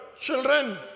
children